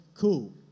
cool